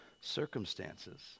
circumstances